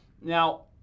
now